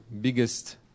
biggest